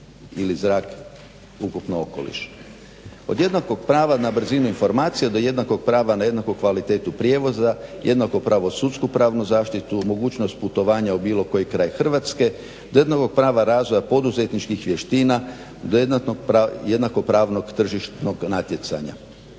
od jednakog prava na brzinu informacija, do jednakog prava na jednaku kvaliteta prijevoza, jednako pravo sudsku pravnu zaštitu, mogućnost putovanja u bilo koji kraj Hrvatske, do jednakog prava razvoja poduzetničkih vještina, do jednakopravnog tržišnog natjecanja.